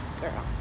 girl